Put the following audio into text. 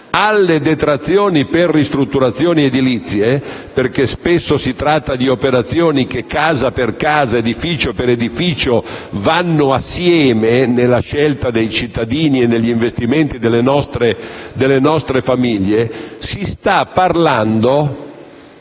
alle detrazioni per ristrutturazioni edilizie - spesso si tratta di operazioni che casa per casa, edificio per edificio, vanno assieme nella scelta dei cittadini e negli investimenti delle nostre famiglie - si sta parlando